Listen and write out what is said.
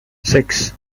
six